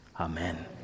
amen